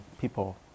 people